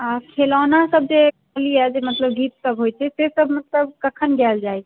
आओर खिलौनासब जे कहलिए हइ जे मतलब गीतसब होइ छै से सब मतलब कखन गाएल जाइ छै